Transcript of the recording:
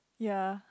ya